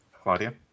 Claudia